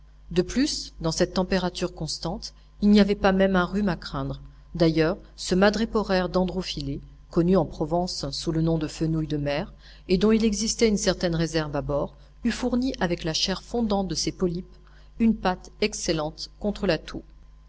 de plus dans cette température constante il n'y avait pas même un rhume à craindre d'ailleurs ce madréporaire dendrophyllée connu en provence sous le nom de fenouil de mer et dont il existait une certaine réserve à bord eût fourni avec la chair fondante de ses polypes une pâte excellente contre la toux